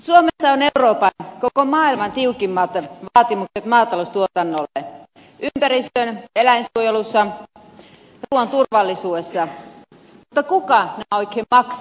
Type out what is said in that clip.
suomessa on euroopan ja koko maailman tiukimmat vaatimukset maataloustuotannolle ympäristön ja eläintensuojelussa ruuan turvallisuudessa mutta kuka nämä oikein maksaapi